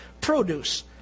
produce